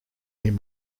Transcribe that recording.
him